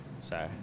sorry